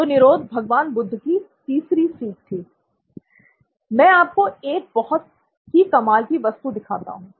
तो निरोध भगवान बुद्ध की तीसरी सीख थीl मैं आपको एक बहुत ही कमाल की वस्तु दिखाता हूं